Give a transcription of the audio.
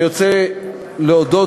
אני רוצה להודות,